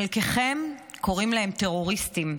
חלקכם קוראים להם טרוריסטים,